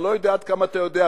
אני לא יודע עד כמה אתה יודע,